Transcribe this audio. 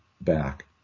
back